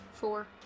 Four